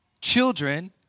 children